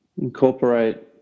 incorporate